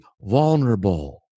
vulnerable